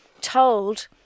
told